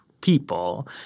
people